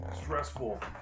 stressful